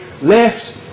left